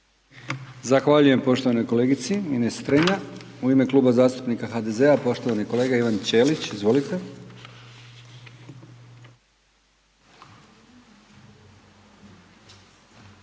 Zahvaljujem poštovanoj kolegici Ines Strenja. U ime Kluba zastupnika HDZ-a poštovani kolega Ivan Ćelić, izvolite.